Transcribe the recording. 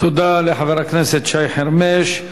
תודה לחבר הכנסת שי חרמש.